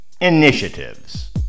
initiatives